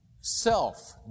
self